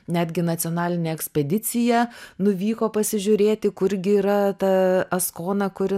netgi nacionalinė ekspedicija nuvyko pasižiūrėti kurgi yra ta askona kuri